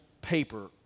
paper